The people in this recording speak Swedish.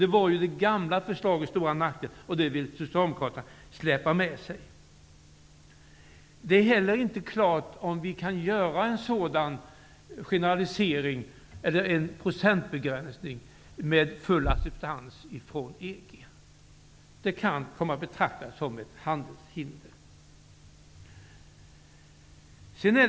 Det var ju det gamla förslagets stora nackdel som socialdemokraterna vill släpa med sig. För det andra är det inte heller klart om det går att göra en sådan procentbegränsning med full acceptans från EG. Det kan komma att betraktas som ett handelshinder.